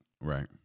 Right